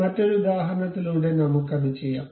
മറ്റൊരു ഉദാഹരണത്തിലൂടെ നമുക്ക് അത് ചെയ്യാം